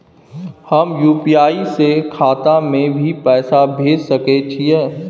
हम यु.पी.आई से खाता में भी पैसा भेज सके छियै?